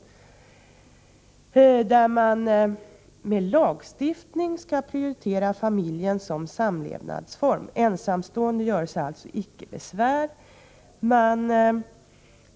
Av det programmet framgår att man med lagstiftning skall prioritera familjen som samlevnadsform. Ensamstående göre sig alltså icke besvär.